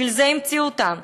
בשביל זה המציאו אותם,